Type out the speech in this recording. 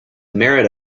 merit